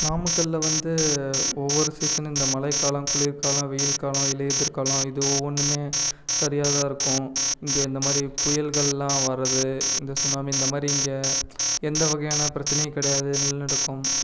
நாமக்கல்ல வந்து ஒவ்வொரு சீசன் இந்த மழைக்காலம் குளிர்காலம் வெயில் காலம் இலையுதிர் காலம் இது ஒவ்வொன்றுமே சரியாக தான் இருக்கும் இங்கே இந்தமாதிரி புயல்கள்லாம் வர்றது இந்த சுனாமி இந்த மாரி இங்கே எந்த வகையான பிரச்சனையும் கிடையாது நிலநடுக்கம்